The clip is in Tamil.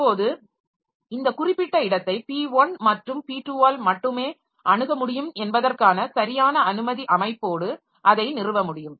இப்போது இந்த குறிப்பிட்ட இடத்தை p1 மற்றும் p2 ஆல் மட்டுமே அணுக முடியும் என்பதற்கான சரியான அனுமதி அமைப்போடு அதை நிறுவ முடியும்